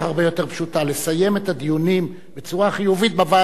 לסיים את הדיונים בצורה חיובית בוועדות המחוזיות.